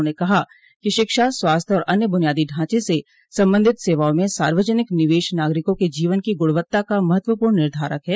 उन्होंने कहा कि शिक्षा स्वास्थ्य ँऔर अन्य ब्रनियादी ढाँचे से सम्बन्धित सेवाओं में सार्वजनिक निवेश नागरिकों के जीवन की गुणवत्ता का महत्वपूर्ण निर्धारक है